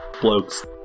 bloke's